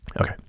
Okay